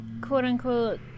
quote-unquote